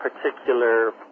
particular